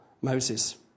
Moses